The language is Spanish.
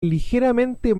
ligeramente